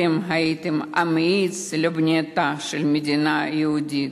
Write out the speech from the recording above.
אתם הייתם המאיץ לבנייתה של מדינה יהודית.